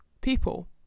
people